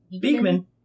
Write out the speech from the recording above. Beekman